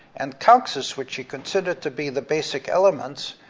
and calxes, which he considered to be the basic elements,